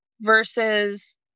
versus